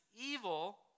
evil